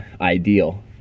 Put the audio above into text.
ideal